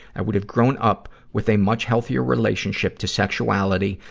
i would have grown up with a much healthier relationship to sexuality,